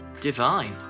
Divine